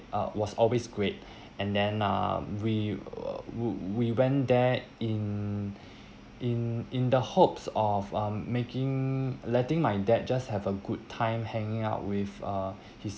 uh was always great and then uh we uh we went there in in in the hopes of uh making letting my dad just have a good time hanging out with uh his